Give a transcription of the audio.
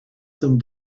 some